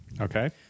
Okay